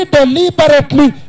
deliberately